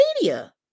media